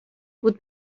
بود